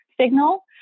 signal